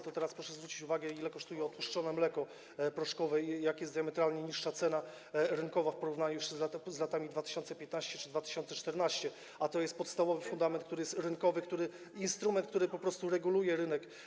To teraz proszę zwrócić uwagę, ile kosztuje odtłuszczone mleko proszkowe, jak diametralnie niższa jest cena rynkowa w porównaniu jeszcze z latami 2015 czy 2014, a to jest podstawowy fundament, który jest rynkowy, instrument, który po prostu reguluje rynek.